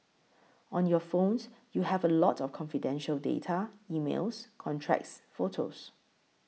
on your phones you have a lot of confidential data emails contacts photos